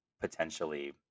potentially